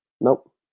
Nope